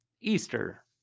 Easter